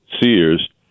Sears